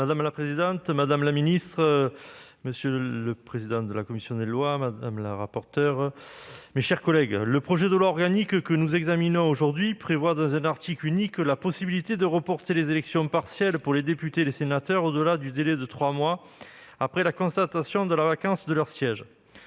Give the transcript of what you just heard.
La parole est à M. Jean-Yves Roux. Madame la présidente, madame la ministre, mes chers collègues, le projet de loi organique que nous examinons aujourd'hui prévoit, dans un article unique, la possibilité de reporter les élections partielles pour les députés et les sénateurs au-delà du délai de trois mois après la constatation de la vacance de leur siège.